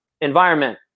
environment